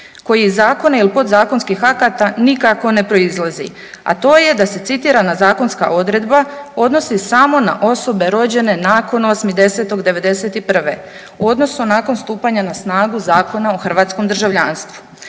koji iz zakona ili podzakonskih akata nikako ne proizlazi, a to je da se citirana zakonska odredba odnosi samo na osobe rođene nakon 8.10.'91. odnosno nakon stupanja na snagu Zakona o hrvatskom državljanstvu.